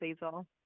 basil